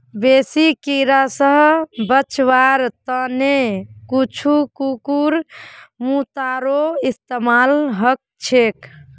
बेसी कीरा स बचवार त न कुछू कुकुरमुत्तारो इस्तमाल ह छेक